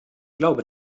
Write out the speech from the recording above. glaube